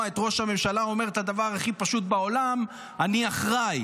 את ראש הממשלה אומר את הדבר הכי פשוט בעולם: אני אחראי.